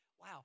Wow